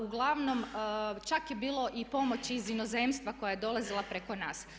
Uglavnom čak je bilo i pomoći iz inozemstva koja je dolazila preko nas.